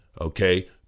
Okay